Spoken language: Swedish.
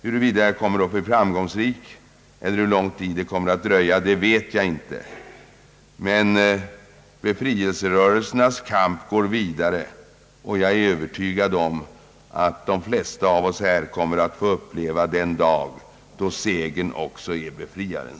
Huruvida jag kommer att bli framgångsrik eller hur lång tid det kommer att dröja, vet jag inte. Men befrielserörelsernas kamp går vidare, och jag är övertygad om att de flesta av oss här kommer att få uppleva den dag då segraren också är befriaren.